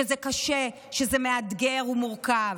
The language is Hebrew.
שזה קשה, שזה מאתגר ומורכב?